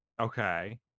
Okay